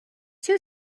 two